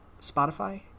Spotify